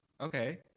Okay